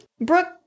Brooke